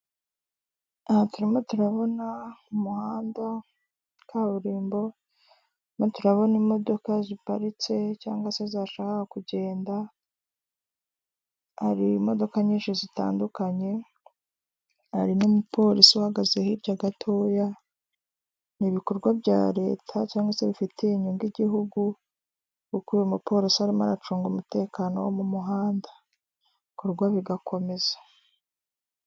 Aha turimo turabona umuhanda wa kaburimbo turabona imodoka ziparitse cyangwa se zashakaga kugenda, hari imodoka nyinshi zitandukanye hari n'umupolisi uhagaze hirya gatoya, ni ibikorwa bya leta cyangwa se bifitiye inyungu igihugu kuko uyu mupolisi arimo aracunga umutekano wo mu muhanda, ibikorwa bigakomeza.